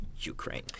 Ukraine